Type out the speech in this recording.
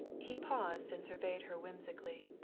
he paused and surveyed her whimsically.